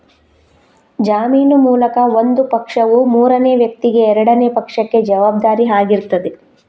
ಜಾಮೀನು ಮೂಲಕ ಒಂದು ಪಕ್ಷವು ಮೂರನೇ ವ್ಯಕ್ತಿಗೆ ಎರಡನೇ ಪಕ್ಷಕ್ಕೆ ಜವಾಬ್ದಾರಿ ಆಗಿರ್ತದೆ